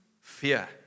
fear